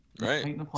right